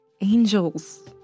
Angels